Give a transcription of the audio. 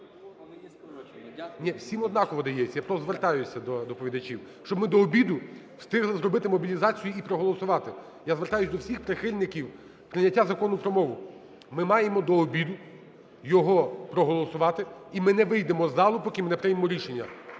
Всім однаково дається. Я просто звертаюся до доповідачів. Щоб ми до обіду встигли зробити мобілізацію і проголосувати. Я звертаюся до всіх прихильників прийняття Закону про мову. Ми маємо до обіду його проголосувати, і ми не вийдемо з залу, поки ми не приймемо рішення.